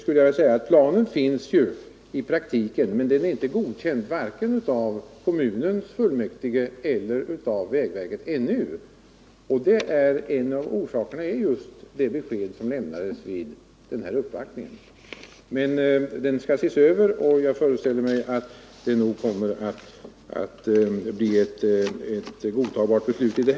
Planen finns i praktiken, men den är ännu inte godkänd vare sig av kommunfullmäktige eller av vägverket. En av orsakerna härtill är just det besked som lämnades vid den här uppvaktningen. Planen skall emellertid ses över, och jag föreställer mig att det därefter kommer att fattas ett godtagbart beslut.